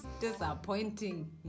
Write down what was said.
disappointing